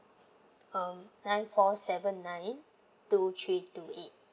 um nine four seven nine two three two eight